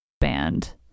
band